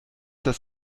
das